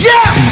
Yes